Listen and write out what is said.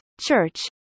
church